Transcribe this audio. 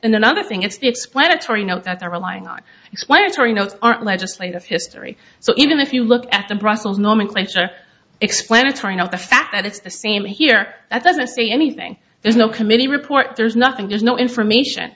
and another thing it's the explanatory note that they're relying on explanatory notes aren't legislative history so even if you look at the brussels nomenclature explanatory note the fact that it's the same here that doesn't say anything there's no committee report there's nothing there's no information